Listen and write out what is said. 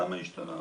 למה השתנה.